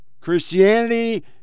Christianity